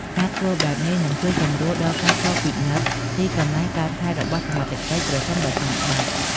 ការធ្វើបែបនេះនឹងជួយសម្រួលដល់ការចុះពិនិត្យទីកន្លែងកើតហេតុរបស់សមត្ថកិច្ច ប្រសិនបើចាំបាច់។